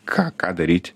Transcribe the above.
ką ką daryt